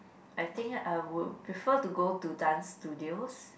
I think I would prefer to go to dance studios